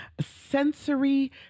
Sensory